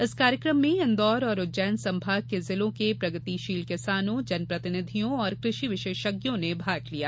इस कार्यक्रम में इंदौर और उज्जैन संभाग के जिलों के प्रगतिशील किसानों जनप्रतिनिधियों और कृषि विशेषज्ञों ने भाग लिया